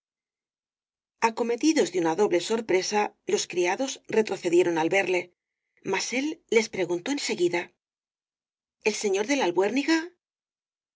visión acometidos de una doble sorpresa los criados retrocedieron al verle mas él les preguntó en seguida el señor de la